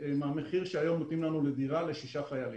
מהמחיר שהיום נותנים לנו לדירה ל-6 חיילים.